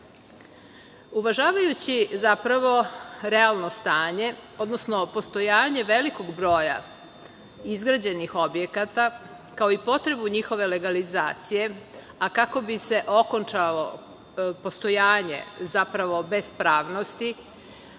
budžetu. Uvažavajući realno stanje, odnosno postojanje velikog broja izgrađenih objekata, kao i potrebu njihove legalizacije, a kako bi se okončalo postojanje bespravnosti,